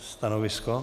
Stanovisko?